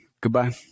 Goodbye